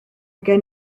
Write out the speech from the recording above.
gen